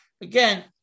Again